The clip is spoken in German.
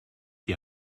die